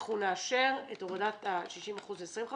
אנחנו נאשר את הורדת ה-60% ל-25%.